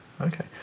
Okay